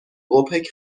اوپک